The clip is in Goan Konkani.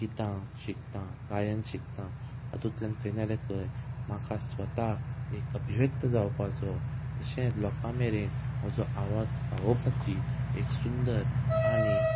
गितां शिकतां गायन शिकतां हातूंतल्यान खंय ना जाल्यार खंय म्हाका स्वताक एक अभिव्यक्त जावपाचो तशेंच लोकां मेरेन म्हजो आवाज पावोपाची एक सुंदर आनी